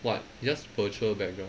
what it's just virtual background